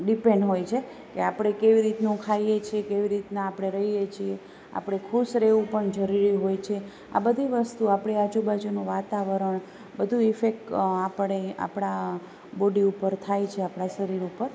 depend હોય છે કે આપણે કેવી રીતનું ખાઈએ છીએ કેવી રીતનાં આપણે રહીએ છીએ આપણે ખુશ રહેવું પણ જરૂરી હોય છે આ બધી વસ્તુ આપણી આજુબાજુનું વાતાવરણ બધું ઇફેક આપણે આપણાં બોડી ઉપર થાય છે આપણાં શરીર ઉપર